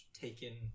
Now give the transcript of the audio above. taken